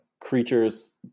creatures